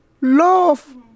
Love